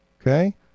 okay